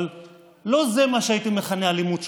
לא זה מה שהייתי מכנה "אלימות שוטרים".